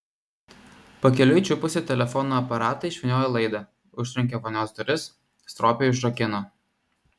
pakeliui čiupusi telefono aparatą išvyniojo laidą užtrenkė vonios duris stropiai užrakino